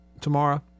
tomorrow